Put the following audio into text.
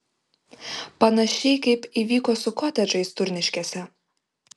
panašiai kaip įvyko su kotedžais turniškėse